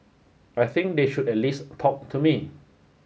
I think they should at least talk to me